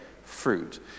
Fruit